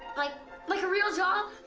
like like a real job?